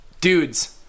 dudes